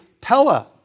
Pella